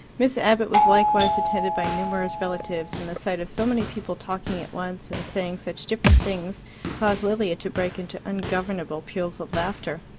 miss abbott was likewise attended by numerous relatives, and the sight of so many people talking at once and saying such different things caused lilia to break into ungovernable peals of laughter.